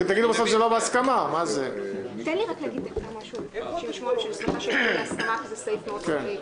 הוא מציע לעשות 1,000 מ-18:00 כי היה 1,000 מ-16:00.